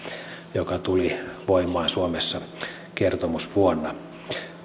joka tuli voimaan suomessa kertomusvuonna